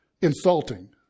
insulting